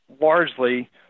largely